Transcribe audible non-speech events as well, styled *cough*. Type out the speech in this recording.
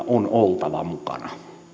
*unintelligible* on oltava mukana